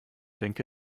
denke